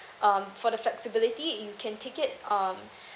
um for the flexibility you can take it um